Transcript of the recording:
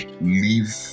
leave